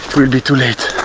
will be too late.